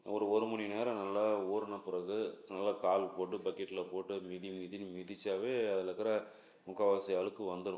ஒரு ஒரு மணி நேரம் நல்லா ஊறின பிறகு நல்லா கால் போட்டு பக்கெட்டில் போட்டு அதை மிதி மிதின்னு மிதிச்சாலே அதில் இருக்கிற முக்கால்வாசி அழுக்கு வந்துடும்